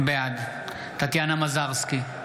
בעד טטיאנה מזרסקי,